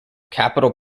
capital